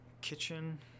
kitchen